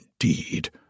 indeed